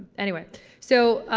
anyway so,